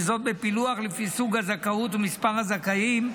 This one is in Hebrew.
וזאת בפילוח לפי סוג הזכאות ומספר הזכאים,